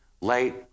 late